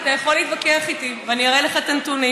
אתה יכול להתווכח איתי, ואני אראה לך את הנתונים.